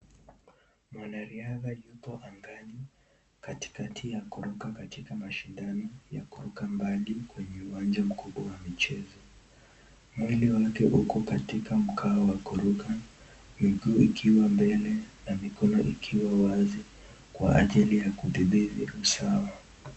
Mwanariadha yuko angani, katikati ya kuruka, kama shindano la kuruka mbadi kwenye uwanja mkubwa wa michezo. Mwili wake uko katika mkao wa kuruka, miguu ikiwa mbele na mikono ikiwa wazi, kwa ajili ya kudhibiti usawa.